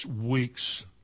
weeks